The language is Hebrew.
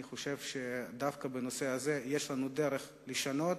אני חושב שדווקא בנושא הזה יש לנו דרך לשנות,